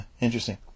interesting